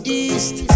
east